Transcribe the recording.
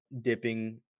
dipping